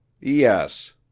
Yes